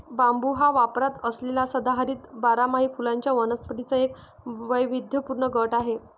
बांबू हा वापरात असलेल्या सदाहरित बारमाही फुलांच्या वनस्पतींचा एक वैविध्यपूर्ण गट आहे